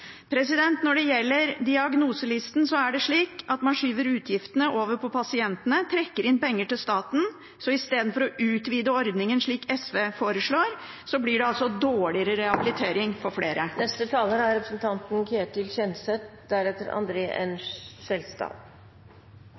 Når det gjelder diagnoselisten, er det slik at man skyver utgiftene over på pasientene og trekker inn penger til staten. Så i stedet for å utvide ordningen, slik SV foreslår, blir det dårligere rehabilitering for flere. Jeg må fortsette dialogen med representanten